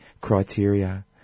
criteria